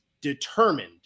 determined